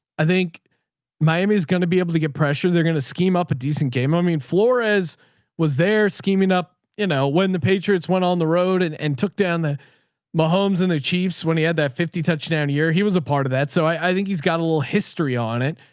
i think miami is going to be able to get pressure. they're going to scheme up a decent game on me and flores was there scheming up, you know, when the patriots went on the road and and took down the motor homes and the chiefs, when he had that fifty touchdown here, he was a part of that. so i think he's got a little history on it.